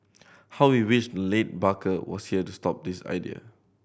how we wish late barker was here to stop this idea